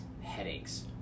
headaches